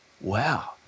wow